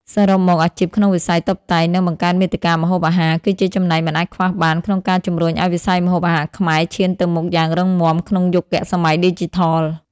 សរុបមក អាជីពក្នុងវិស័យតុបតែង និងបង្កើតមាតិកាម្ហូបអាហារ គឺជាចំណែកមិនអាចខ្វះបានក្នុងការជំរុញឱ្យវិស័យម្ហូបអាហារខ្មែរឈានទៅមុខយ៉ាងរឹងមាំក្នុងយុគសម័យឌីជីថល។